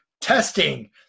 testing